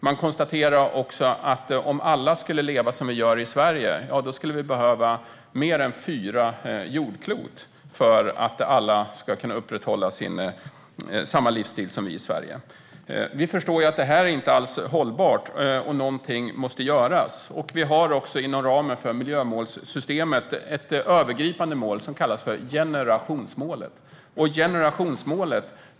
Man konstaterar också att om alla skulle leva som vi gör i Sverige skulle det behövas mer än fyra jordklot för att alla skulle kunna upprätthålla samma livsstil som här. Vi förstår ju att detta inte alls är hållbart och att något måste göras. Vi har också inom ramen för miljömålssystemet ett övergripande mål som kallas för generationsmålet.